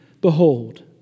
behold